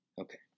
Okay